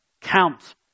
Count